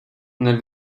nel